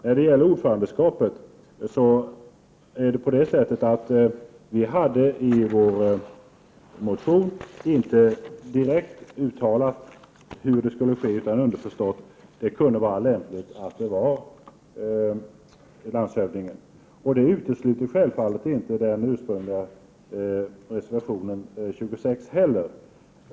När det gäller ordförandeskapet hade vi i vår motion inte direkt uttalat hur valet skulle ske, utan det kunde underförstått åläggas landshövdingen. Detta utesluter självfallet inte heller den ursprungliga reservationen nr 26.